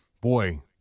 boy